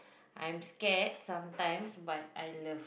I'm scared sometimes but I love